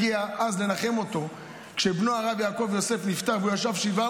הגיע אז לנחם אותו כשבנו הרב יעקב יוסף נפטר והוא ישב שבעה,